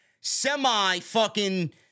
semi-fucking